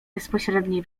bezpośredniej